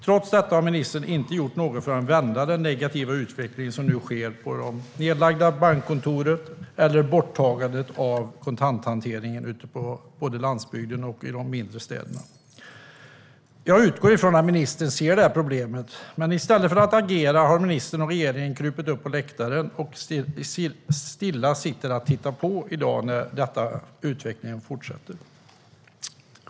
Trots detta har ministern inte gjort något för att vända den negativa utveckling som nu sker i och med de nedlagda bankkontoren och borttagandet av kontanthanteringen både ute på landsbygden och i de mindre städerna. Jag utgår från att ministern ser problemet. Men i stället för att agera har ministern och regeringen krupit upp på läktaren och sitter i dag still och tittar på när utvecklingen fortsätter.